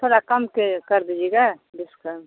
थोड़ा कम के कर दीजिएगा डिस्काउंट